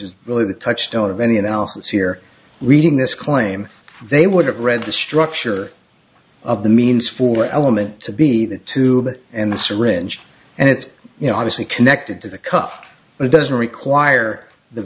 is really the touchstone of anyone else here reading this claim they would have read the structure of the means for element to be the tube and the syringe and it's you know obviously connected to the cuff but it doesn't require the